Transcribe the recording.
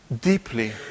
deeply